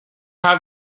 have